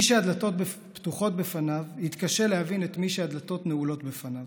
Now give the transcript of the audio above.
מי שהדלתות פתוחות בפניו יתקשה להבין את מי שהדלתות נעולות בפניו.